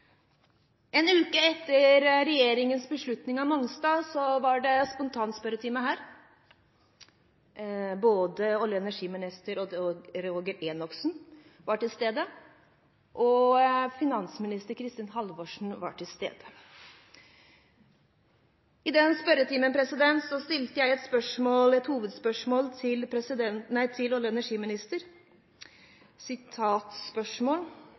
En uke etter regjeringens beslutning om Mongstad var det spontanspørretime her. Både olje- og energiminister Odd Roger Enoksen og finansminister Kristin Halvorsen var til stede. I den spørretimen stilte jeg et hovedspørsmål til olje- og energiministeren: «Kan olje-